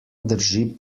drži